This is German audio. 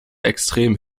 extrem